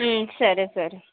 సరే సరే